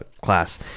class